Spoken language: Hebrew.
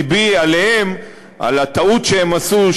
לבי עליהם על הטעות שהם עשו,